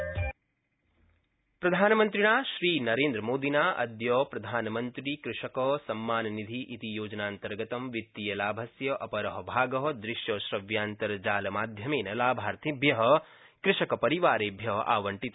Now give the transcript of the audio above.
प्रधानमन्त्री कृषक प्रधानमन्त्रिणा श्रीनरेन्द्रमोदिना अद्य प्रधानमन्त्रिकृषकसम्माननिधि इति योजनान्तर्गत वित्तीयलाभस्य अपर भाग दृश्यश्रव्यान्तर्जालमाध्यमेन लाभार्थिभ्य कृषकपरिवारेभ्य आवंटित